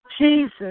Jesus